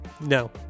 No